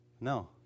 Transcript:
No